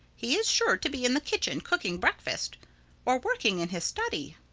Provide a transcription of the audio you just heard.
he is sure to be in the kitchen cooking breakfast or working in his study.